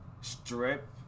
strip